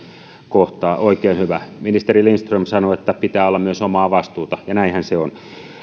kohtaa oikein hyvä ministeri lindström sanoi että pitää olla myös omaa vastuuta ja näinhän se on